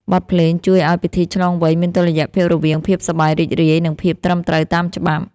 បទភ្លេងជួយឱ្យពិធីឆ្លងវ័យមានតុល្យភាពរវាងភាពសប្បាយរីករាយ និងភាពត្រឹមត្រូវតាមច្បាប់។